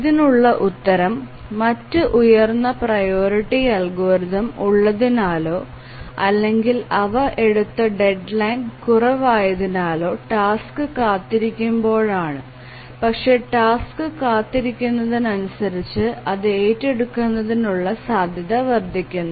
ഇതിനുള്ള ഉത്തരം മറ്റ് ഉയർന്ന പ്രിയോറിറ്റി അൽഗോരിതം ഉള്ളതിനാലോ അല്ലെങ്കിൽ അവ എടുത്ത ഡെഡ്ലൈൻ കുറവായതിനാലോ ടാസ്ക് കാത്തിരിക്കുമ്പോഴാണ് പക്ഷേ ടാസ്ക് കാത്തിരിക്കുന്നതിനനുസരിച്ച് അത് ഏറ്റെടുക്കുന്നതിനുള്ള സാധ്യത വർദ്ധിക്കുന്നു